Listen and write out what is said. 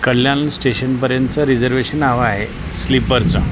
कल्याण स्टेशनपर्यंतचं रिजर्वेशन हवं आहे स्लीपरचं